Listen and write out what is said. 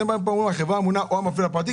פה אתם אומרים: "החברה הממונה או המפעיל הפרטי",